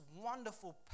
wonderful